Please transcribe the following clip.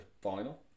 final